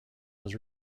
was